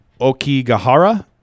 Okigahara